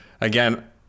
again